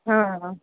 हां हां